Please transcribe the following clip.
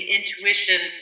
intuition